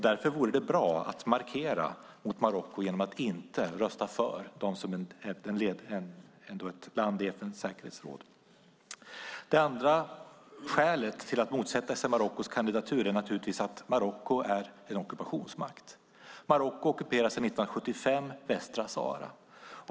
Därför vore det bra att markera mot Marocko genom att inte rösta för dem som ett land i FN:s säkerhetsråd. Det andra skälet till att motsätta sig Marockos kandidatur är naturligtvis att Marocko är en ockupationsmakt. Marocko ockuperar sedan 1975 Västsahara.